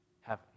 heaven